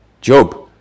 Job